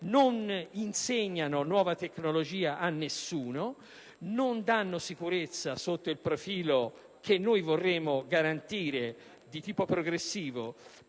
non insegnano nuova tecnologia a nessuno, non danno sicurezza sotto il profilo (che noi vorremmo garantire) di tipo progressivo